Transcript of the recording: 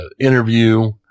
interview